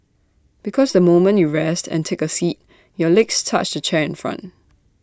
because the moment you rest and take A seat your legs touch the chair in front